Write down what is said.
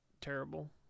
terrible